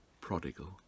prodigal